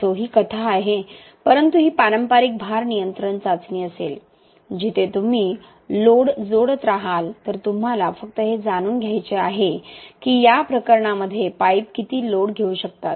असो ही कथा आहे परंतु ही पारंपारिक भार नियंत्रण चाचणी असेल जिथे तुम्ही लोड जोडत राहाल तर तुम्हाला फक्त हे जाणून घ्यायचे आहे की या प्रकरणात पाईप किती लोड घेऊ शकतात